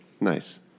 Nice